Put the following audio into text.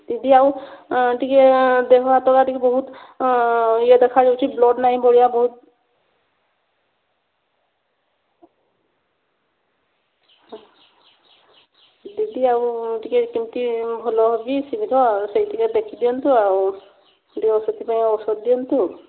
ଦିଦି ଆଉ ଟିକେ ଦେହ ହାତ ଗା ଟିକେ ବହୁତ ଇଏ ଦେଖା ଯାଉଛି ବ୍ଲଡ଼୍ ନାହିଁ ଭଳିଆ ବହୁତ ଦିଦି ଆଉ ଟିକେ କେମିତି ଭଲ ହେବି ଶୀଘ୍ର ସେହି ଟିକେ ଦେଖି ଦିଅନ୍ତୁ ଆଉ ଦିଅ ସେଥିପାଇଁ ଔଷଧ ଦିଅନ୍ତୁ